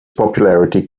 popularity